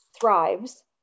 thrives